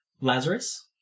Lazarus